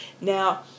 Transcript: Now